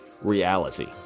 reality